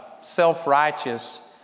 self-righteous